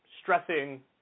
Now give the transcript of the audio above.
stressing